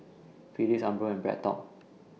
Phillips Umbro and BreadTalk